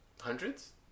Hundreds